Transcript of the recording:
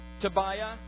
Tobiah